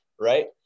right